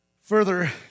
Further